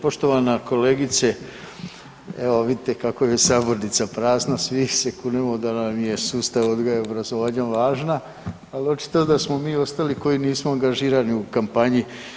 Poštovana kolegice, evo vidite kako je sabornica prazna, svi se kunemo da nam je sustav odgoja i obrazovanja važan, ali očito da smo mi ostali koji nismo angažirani u kampanji.